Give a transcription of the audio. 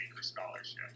Scholarship